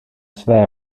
své